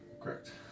Correct